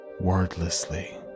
wordlessly